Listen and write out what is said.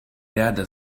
ряда